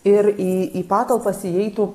ir į į patalpas įeitų